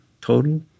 total